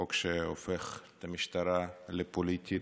הוא חוק שהופך את המשטרה לפוליטית,